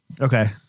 Okay